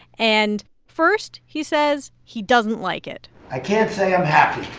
and first, he says he doesn't like it i can't say i'm happy.